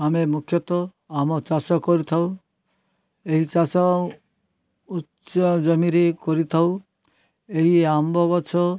ଆମେ ମୁଖ୍ୟତଃ ଆମ ଚାଷ କରିଥାଉ ଏଇ ଚାଷ ଉଚ୍ଚ ଜମିରେ କରିଥାଉ ଏଇ ଆମ୍ବଗଛ